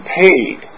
paid